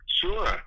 Sure